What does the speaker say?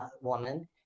woman